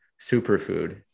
superfood